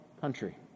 country